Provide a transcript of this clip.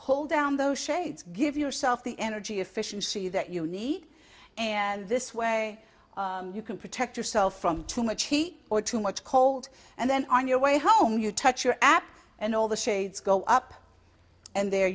pull down those shades give yourself the energy efficiency that you need and this way you can protect yourself from too much heat or too much cold and then on your way home you touch your app and all the shades go up and there